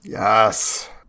Yes